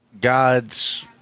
gods